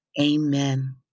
Amen